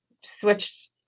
switched